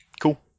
Cool